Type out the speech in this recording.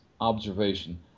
observation